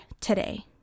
today